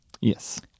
Yes